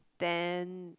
then